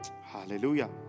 Hallelujah